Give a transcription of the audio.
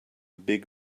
big